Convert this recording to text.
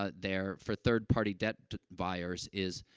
ah, there for third-party debt buyers is,